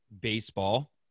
baseball